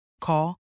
Call